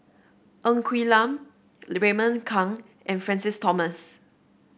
Ng Quee Lam Raymond Kang and Francis Thomas